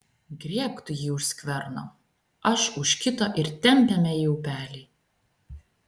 griebk tu jį už skverno aš už kito ir tempiame į upelį